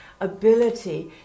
ability